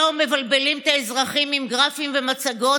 היום מבלבלים את האזרחים עם גרפים ומצגות,